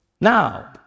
Now